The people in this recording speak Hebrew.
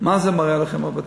מה זה מראה לכם, רבותי?